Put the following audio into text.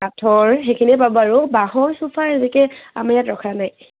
কাঠৰ সেইখিনিয়ে পাব আৰু বাঁহৰ চোফা এনেকৈ আমাৰ ইয়াত ৰখা নাই